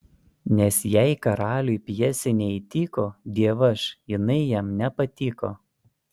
nes jei karaliui pjesė neįtiko dievaž jinai jam nepatiko